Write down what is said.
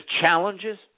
challenges